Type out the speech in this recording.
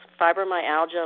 fibromyalgia